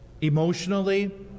emotionally